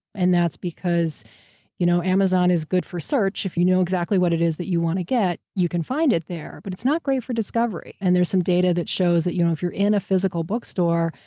and that's because you know amazon is good for search if you know exactly what it is that you want to get, you can find it there, but it's not great for discovery. and there's some data that shows that you know if you're in a physical bookstore,